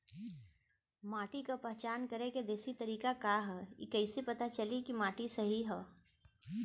माटी क पहचान करके देशी तरीका का ह कईसे पता चली कि माटी सही ह?